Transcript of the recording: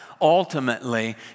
ultimately